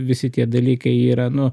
visi tie dalykai jie yra nu